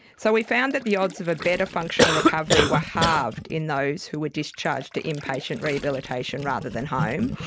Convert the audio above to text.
so we found that the odds of a better functional recovery were halved in those who were discharged to inpatient rehabilitation rather than home,